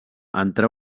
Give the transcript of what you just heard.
entre